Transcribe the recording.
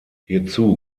hierzu